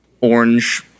orange